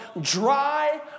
dry